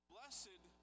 Blessed